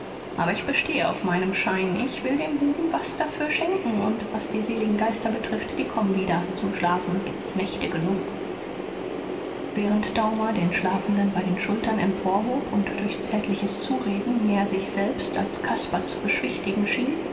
aber ich bestehe auf meinem schein ich will dem buben was dafür schenken und was die seligen geister betrifft die kommen wieder zum schlafen gibt's nächte genug während daumer den schlafenden bei den schultern emporhob und durch zärtliches zureden mehr sich selbst als caspar zu beschwichtigen schien